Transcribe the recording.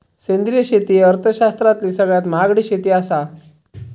सेंद्रिय शेती ही अर्थशास्त्रातली सगळ्यात महागडी शेती आसा